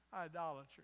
idolatry